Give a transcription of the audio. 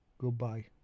Goodbye